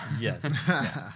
Yes